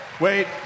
Wait